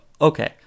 Okay